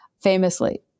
Famously